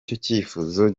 icyifuzo